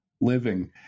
living